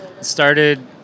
Started